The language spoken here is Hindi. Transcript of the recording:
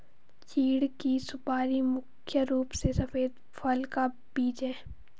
चीढ़ की सुपारी मुख्य रूप से सफेद फल का बीज है